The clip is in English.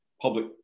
public